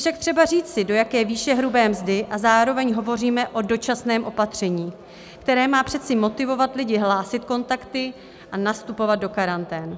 Je však třeba říci, do jaké výše hrubé mzdy, a zároveň hovoříme o dočasném opatření, které má přece motivovat lidi hlásit kontakty a nastupovat do karantén.